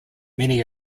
many